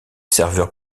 serveurs